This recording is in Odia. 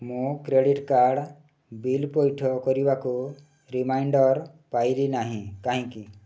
ମୁଁ କ୍ରେଡ଼ିଟ୍ କାର୍ଡ଼୍ ବିଲ୍ ପୈଠ କରିବାକୁ ରିମାଇଣ୍ଡର୍ ପାଇଲି ନାହିଁ କାହିଁକି